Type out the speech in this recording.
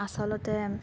আচলতে